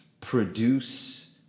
produce